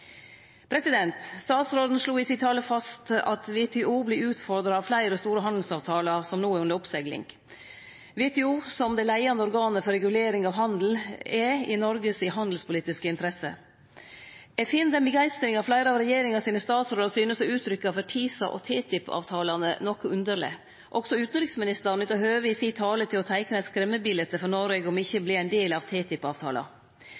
slo fast i talen sin at WTO vert utfordra av fleire store handelsavtalar som no er under oppsegling. WTO, som det leiande organet for regulering av handel, er i Noregs handelspolitiske interesse. Eg finn den begeistringa fleire av statsrådane i regjeringa synest å uttrykkje for TISA- og TTIP-avtalane, noko underleg. Også utanriksministeren nytta høvet i talen sin til å teikne eit skremmebilete for Noreg om me ikkje